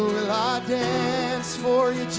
ah dance for you,